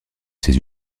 ces